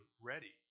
ready